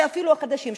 ואפילו החדשים,